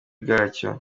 bwacyo